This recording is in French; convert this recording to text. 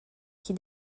qui